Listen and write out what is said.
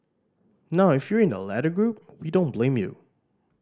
now if you're in the latter group we don't blame you